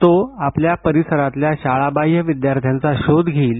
तो आपल्या परिसरातल्या शाळाबाह्य विद्यार्थ्यांचा शोध घेईल